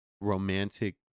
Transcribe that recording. romantic